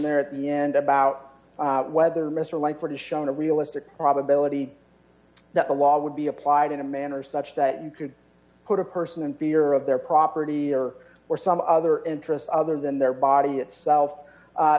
there at the end about whether mr langford is shown a realistic probability that the law would be applied in a manner such that you could put a person in fear of their property or or some other interests other than their body itself